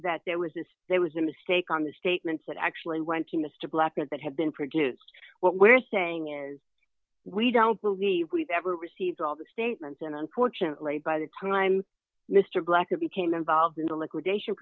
that there was this there was a mistake on the statements that actually went to mr black and that have been produced what we're saying is we don't believe we've ever received all the statements and unfortunately by the time mr blecher became involved in the liquidation